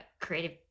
creative